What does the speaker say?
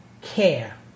care